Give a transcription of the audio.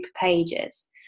pages